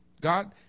god